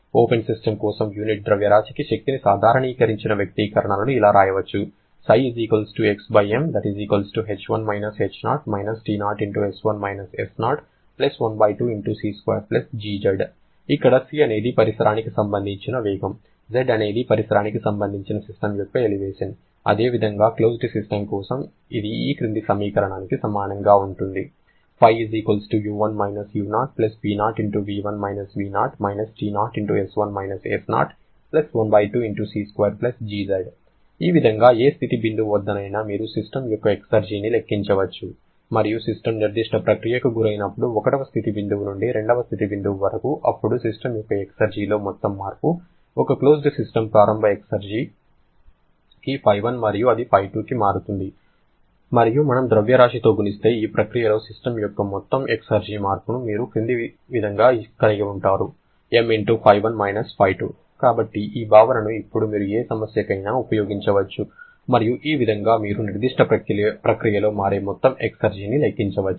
open system కోసం unit ద్రవ్యరాశికి శక్తిని సాధారణీకరించిన వ్యక్తీకరణను ఇలా వ్రాయవచ్చు ఇక్కడ c అనేది పరిసరానికి సంబంధించిన వేగం z అనేది పరిసరానికి సంబంధించి సిస్టమ్ యొక్క ఎలివేషన్ అదేవిధంగా క్లోజ్డ్ సిస్టమ్ కోసం ఇది ఈ క్రింది సమీకరణానికి సమానంగా ఉంటుంది ఈ విధంగా ఏ స్థితి బిందువు వద్దనయినా మీరు సిస్టమ్ యొక్క ఎక్సర్జీని లెక్కించవచ్చు మరియు సిస్టమ్ నిర్దిష్ట ప్రక్రియకు గురైనప్పుడు 1 వ స్థితి బిందువు నుండి 2 వ స్థితి బిందువు వరకు అప్పుడు సిస్టమ్ యొక్క ఎక్సర్జీలో మొత్తం మార్పు ఒక క్లోజ్డ్ సిస్టమ్ ప్రారంభ ఎక్సెర్జికి ϕ1 మరియు అది ϕ2 కి మారుతుంది మరియు మనం ద్రవ్యరాశితో గుణిస్తే ఈ ప్రక్రియలో సిస్టమ్ యొక్క మొత్తం ఎక్సర్జి మార్పును మీరు క్రింద ఇచ్చిన విధంగా కలిగి ఉంటారు mϕ1 − ϕ2 కాబట్టి ఈ భావనను ఇప్పుడు మీరు ఏ సమస్యకైనా ఉపయోగించవచ్చు మరియు ఈ విధంగా మీరు నిర్దిష్ట ప్రక్రియలో మారే మొత్తం ఎక్సెర్జిను లెక్కించవచ్చు